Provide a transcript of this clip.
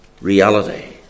reality